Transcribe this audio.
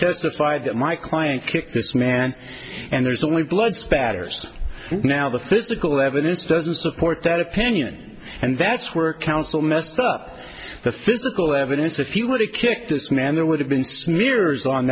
justify that my client kicked this man and there's only blood spatters and now the physical evidence doesn't support that opinion and that's where counsel messed up the physical evidence if you want to kick this man there would have been smears on